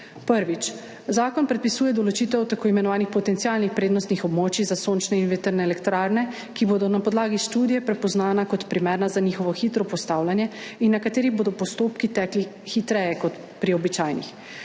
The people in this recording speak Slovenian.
Prvič, zakon predpisuje določitev tako imenovanih potencialnih prednostnih območij za sončne in vetrne elektrarne, ki bodo na podlagi študije prepoznana kot primerna za njihovo hitro postavljanje in na katerih bodo postopki tekli hitreje kot pri običajnih.